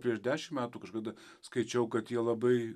prieš dešimt metų kažkada skaičiau kad jie labai